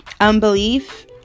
unbelief